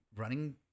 running